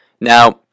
Now